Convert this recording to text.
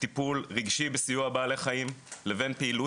טיפול רגשי בסיוע בעלי חיים לבין פעילות